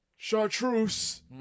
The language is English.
chartreuse